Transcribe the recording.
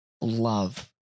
love